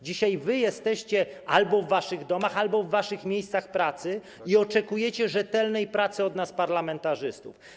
Dzisiaj jesteście albo w waszych domach, albo w waszych miejscach pracy i oczekujecie rzetelnej pracy od nas, parlamentarzystów.